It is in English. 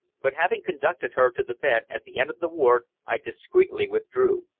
but having conducted her to the bed at the end of the ward i discreetly withdrew.